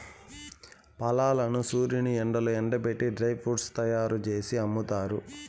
ఫలాలను సూర్యుని ఎండలో ఎండబెట్టి డ్రై ఫ్రూట్స్ తయ్యారు జేసి అమ్ముతారు